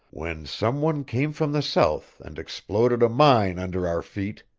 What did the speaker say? when some one came from the south and exploded a mine under our feet.